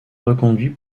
reconduit